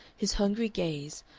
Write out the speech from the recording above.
his hungry gaze,